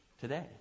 today